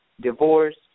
divorce